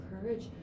courage